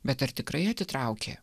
bet ar tikrai atitraukė